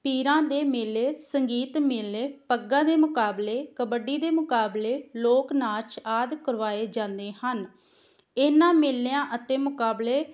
ਪੀਰਾਂ ਦੇ ਮੇਲੇ ਸੰਗੀਤ ਮੇਲੇ ਪੱਗਾਂ ਦੇ ਮੁਕਾਬਲੇ ਕਬੱਡੀ ਦੇ ਮੁਕਾਬਲੇ ਲੋਕ ਨਾਚ ਆਦਿ ਕਰਵਾਏ ਜਾਂਦੇ ਹਨ ਇਹਨਾਂ ਮੇਲਿਆਂ ਅਤੇ ਮੁਕਾਬਲੇ